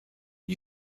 you